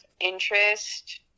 interest